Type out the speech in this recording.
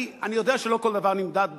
אני יודע שלא כל דבר נמדד בכסף,